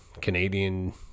Canadian